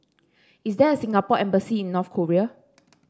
is there a Singapore Embassy in North Korea